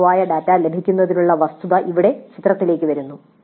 സാധുവായ ഡാറ്റ ലഭിക്കുന്നതിനുള്ള വസ്തുത ഇവിടെ ചിത്രത്തിലേക്ക് വരുന്നു